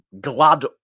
glad